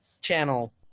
channel